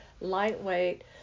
lightweight